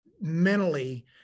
mentally